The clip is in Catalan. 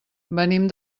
venim